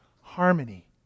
harmony